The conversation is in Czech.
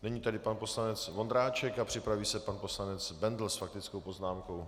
Nyní tedy pan poslanec Vondráček a připraví se pan poslanec Bendl s faktickou poznámkou.